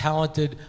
Talented